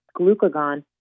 glucagon